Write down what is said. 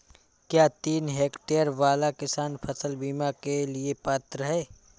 क्या तीन हेक्टेयर वाला किसान फसल बीमा के लिए पात्र हैं?